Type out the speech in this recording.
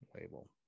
label